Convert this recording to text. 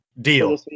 Deal